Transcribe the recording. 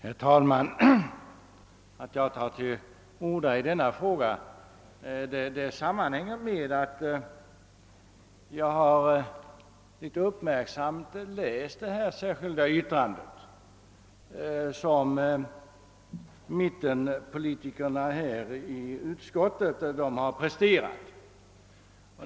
Herr talman! Ati jag tar till orda i denna fråga sammanhänger med att jag uppmärksamt har läst det särskilda yttrande som mittenpolitikerna i utskottet har presterat.